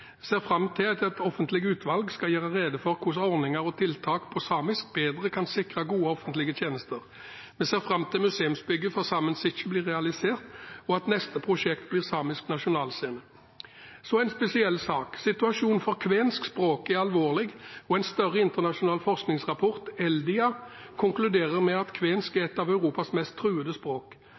ser fram til at et offentlig utvalg skal gjøre rede for hvordan ordninger og tiltak på samisk bedre kan sikre gode offentlige tjenester. Vi ser fram til at museumsbygget for Saemien Sijte blir realisert, og at neste prosjekt blir samisk nasjonalscene. Så en spesiell sak: Situasjonen for kvensk språk er alvorlig, og en større internasjonal forskningsrapport, ELDIA, konkluderer med at kvensk er et av Europas mest truede språk.